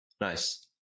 Nice